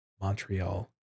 Montreal